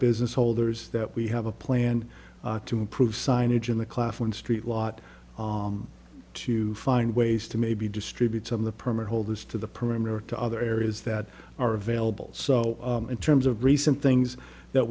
business holders that we have a plan to improve signage in the claflin street lot to find ways to maybe distribute some of the permit holders to the perimeter to other areas that are available so in terms of recent things that